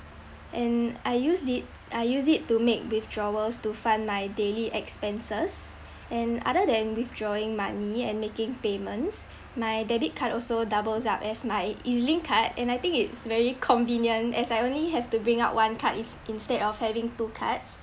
and I use the I use it to make withdrawals to fund my daily expenses and other than withdrawing money and making payments my debit card also doubles up as my EZ link card and I think it's very convenient as I only have to bring out one card is instead of having two cards